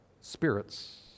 spirits